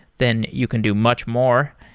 then you can do much more.